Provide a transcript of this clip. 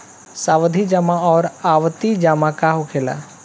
सावधि जमा आउर आवर्ती जमा का होखेला?